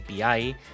API